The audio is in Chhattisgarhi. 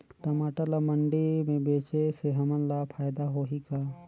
टमाटर ला मंडी मे बेचे से हमन ला फायदा होही का?